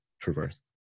traversed